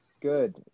Good